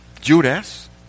Judas